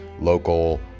local